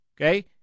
Okay